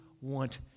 want